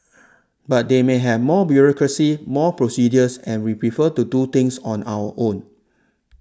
but they may have more bureaucracy more procedures and we prefer to do things on our own